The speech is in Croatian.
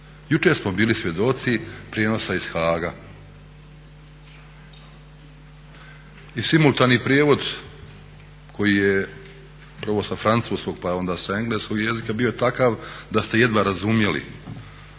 Jučer smo bili svjedoci prijenosa iz Haaga. I simultani prijevod koji je prvo sa francuskog, a onda sa engleskog jezika bio takav da ste jedva razumjeli